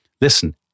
listen